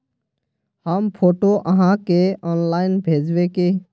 हम फोटो आहाँ के ऑनलाइन भेजबे की?